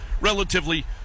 relatively